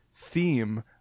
Theme